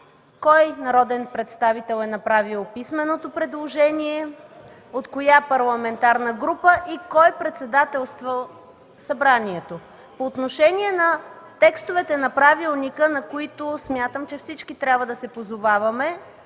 кой народен представител е направил писменото предложение, от коя парламентарна група и кой е председателствал Събранието. По отношение на текстовете на правилника, на които смятам, че всички трябва да се позоваваме,